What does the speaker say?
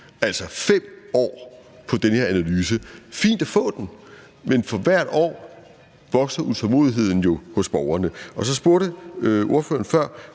altså, 5 år for den her analyse. Det er fint at få den, men for hvert år vokser utålmodigheden jo hos borgerne. Og så spurgte ordføreren før